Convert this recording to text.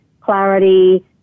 clarity